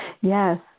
Yes